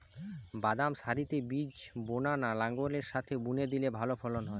বাদাম সারিতে বীজ বোনা না লাঙ্গলের সাথে বুনে দিলে ভালো ফলন হয়?